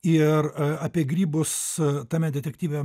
ir apie grybus tame detektyve